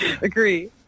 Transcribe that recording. Agree